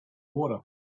water